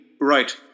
right